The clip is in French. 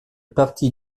parti